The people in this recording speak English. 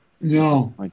No